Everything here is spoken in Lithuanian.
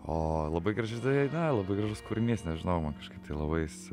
o labai graži daina labai gražus kūrinys nežinau man kažkaip tai labai jis